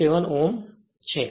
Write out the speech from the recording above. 27 Ω છે